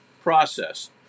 process